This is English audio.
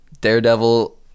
Daredevil